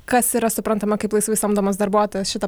kas yra suprantama kaip laisvai samdomas darbuotojas šita